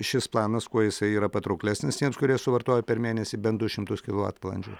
šis planas kuo jisai yra patrauklesnis tiems kurie suvartoja per mėnesį bent du šimtus kilovatvalandžių